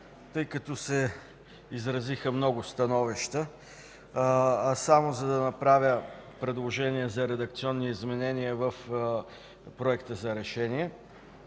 тъй като се изразиха много становища, а само за да направя предложение за редакционни изменения в проекторешението.